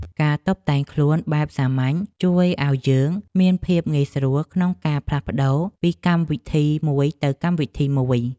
ការតុបតែងខ្លួនបែបសាមញ្ញជួយឱ្យយើងមានភាពងាយស្រួលក្នុងការផ្លាស់ប្តូរពីកម្មវិធីមួយទៅកម្មវិធីមួយ។